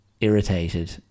irritated